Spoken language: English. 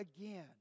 again